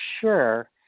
sure